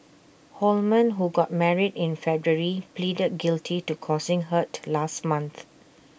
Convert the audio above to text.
Holman who got married in February pleaded guilty to causing hurt last month